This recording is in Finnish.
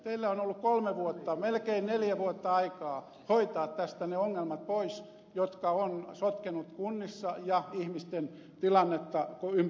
teillä on ollut kolme vuotta melkein neljä vuotta aikaa hoitaa tästä ne ongelmat pois jotka ovat sotkeneet kuntien ja ihmisten tilannetta ympäri maan